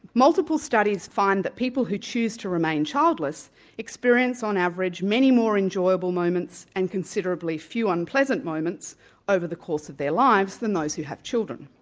multiple studies find that people who choose to remain childless experience on average many more enjoyable moments and considerably few unpleasant moments over the course of their lives than those who have children.